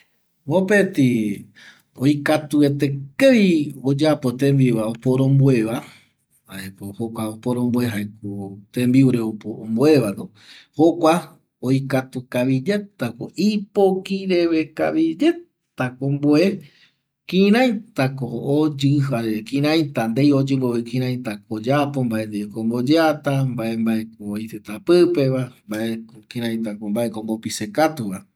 Mopeti oikatuete kavi oyapo tembiuva oporomboeva jaeko jokua oporomboe jaeko temiure oporomboevano jokua oikatu kaviyaetako ipoki reve kavi yaetako omboe kiraitako oyƚ jare kiraita ndei oyƚ mbove kiraitako oyapo mbae ndieko omboyea mbae mbaeko oitƚta pƚpeva mbaeko kiratako ombo pise katuva